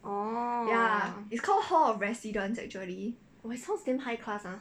yeah it's called hall of residence actually